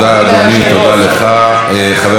אני מבקש מאנשים לעמוד בזמנים.